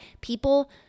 people